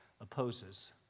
opposes